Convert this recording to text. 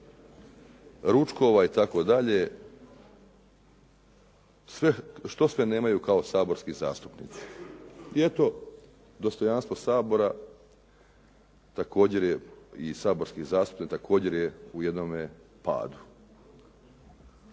ručkova itd., što sve nemaju kao saborski zastupnici. I eto dostojanstvo Sabora također je i saborskih zastupnika također je u jednome padu.